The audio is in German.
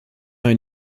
ein